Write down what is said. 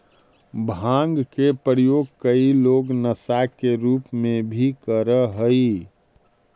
भाँग के प्रयोग कई लोग नशा के रूप में भी करऽ हई